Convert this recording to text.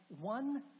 one